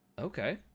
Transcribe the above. Okay